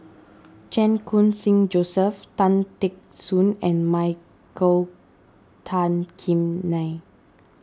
Chan Khun Sing Joseph Tan Teck Soon and Michael Tan Kim Nei